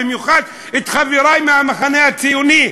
במיוחד את חברי מהמחנה הציוני,